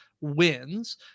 wins